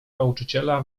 nauczyciela